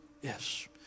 Yes